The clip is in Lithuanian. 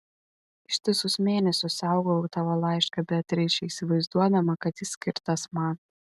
ištisus mėnesius saugojau tavo laišką beatričei įsivaizduodama kad jis skirtas man